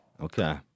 Okay